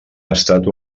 estat